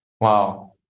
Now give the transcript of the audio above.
wow